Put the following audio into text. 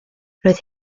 roedd